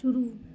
शुरू